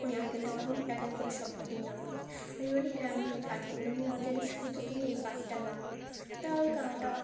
ওই আঙ্কেলটা তখন এক এক করে সব পাখির নাম বলছে আমি বলি হ্যাঁ আমি এই পাখিগুলোর নাম জানি শুধু তুমি এই পাখিটার নাম বলো তা ওই কাকাটা